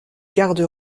gardes